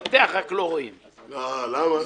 ההגדרה,